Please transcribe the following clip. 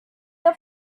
the